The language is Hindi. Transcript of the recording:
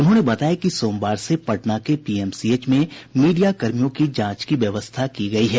उन्होंने बताया कि सोमवार से पटना के पीएमसीएच में मीडियाकर्मियों की जांच की व्यवस्था की गयी है